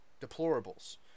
deplorables